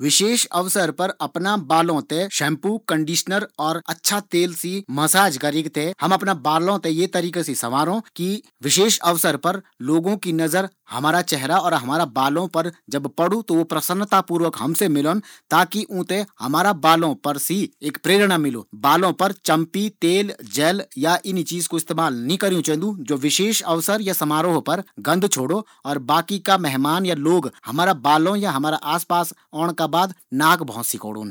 विशेष अवसर पर अपणा बालों थें शैम्पू, कंडीशनर और अच्छा तेल से मसाज करीक थें हम अपणा बालों थें ये तरीका से संवारों कि विशेष अवसर पर लोगों की नजर हमारा चेहरा और बालों पर पड़ो ता वू प्रसन्नतापूर्वक हमसे मीलोन। ताकी ऊँ थें हमारा बालों से एक प्रेरणा मिलो। बालों पर चम्पी, तेल, जैल या इनी चीज कू इस्तेमाल नी करियूँ चैन्दु जू विशेष अवसर या समारोह पर गंध छोड़ो। और बाकि का मेहमान या लोग हमारा पास औण पर नाक भों सिकोड़ोन।